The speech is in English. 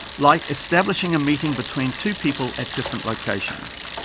like establishing a meeting between two people at different locations.